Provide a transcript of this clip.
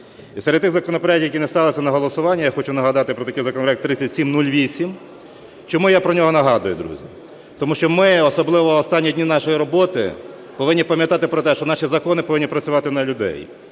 І серед тих законопроектів, які не ставилися на голосування, я хочу нагадати про такий законопроект 3708. Чому я про нього нагадую, друзі? Тому що ми, особливо в останні дні нашої роботи, повинні пам'ятати про те, що наші закони повинні працювати на людей.